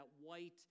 white